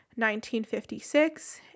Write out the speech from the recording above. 1956